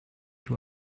you